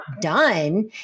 done